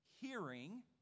hearing